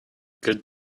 good